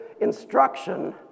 instruction